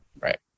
Right